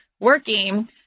working